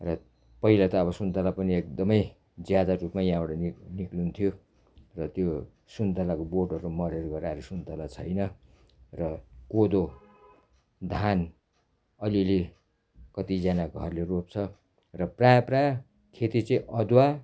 र पहिला त अब सुन्तला पनि एकदमै ज्यादा रूपमै यहाँबाट निक निस्किन्थ्यो र त्यो सुन्तलाको बोटहरू मरेर गएर अहिले सुन्तला छैन र कोदो धान अलिअलि कतिजना घरले रोप्छ र प्रायः प्रायः खेती चाहिँ अदुवा